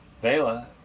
Bela